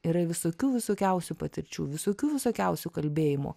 yra visokių visokiausių patirčių visokių visokiausių kalbėjimo